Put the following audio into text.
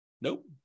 Nope